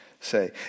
say